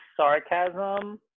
sarcasm